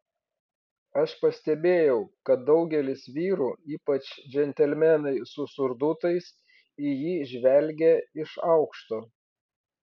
aš pastebėjau kad daugelis vyrų ypač džentelmenai su surdutais į jį žvelgė iš aukšto